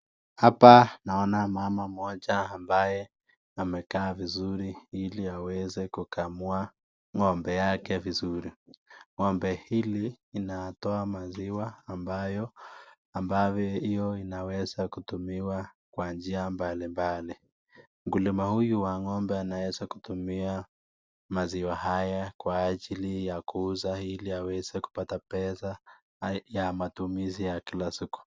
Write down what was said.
Hapa naona mama mmoja ambaye amekaa vizuri ili aweze kukamua ng'ombe yake vizuri, ng'ombe hili inatoa maziwa ambayo hio inaweza kutumiwa kwa njia mbalimbali, mkulima huyu wa ng'ombe anaweza kutumia maziwa haya kwa ajili ya kuuza ili aweze kupata pesa ya matumizi ya kila siku.